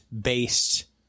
based